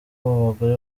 abagore